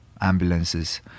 ambulances